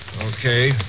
okay